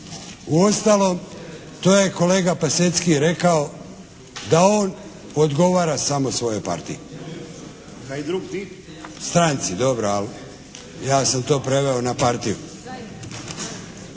Uostalom to je kolega Pasecky rekao da on odgovara samo svojoj partiji. Stranci, dobro ali ja sam to preveo na partiju.